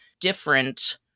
different